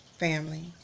family